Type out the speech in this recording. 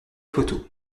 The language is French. photo